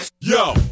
Yo